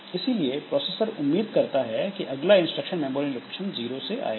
इसलिए प्रोसेसर उम्मीद करता है कि अगला इंस्ट्रक्शन मेमोरी लोकेशन 0 से आएगा